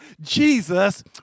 Jesus